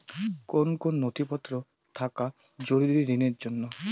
কোন কোন নথিপত্র থাকা জরুরি ঋণের জন্য?